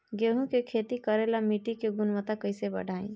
गेहूं के खेती करेला मिट्टी के गुणवत्ता कैसे बढ़ाई?